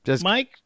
Mike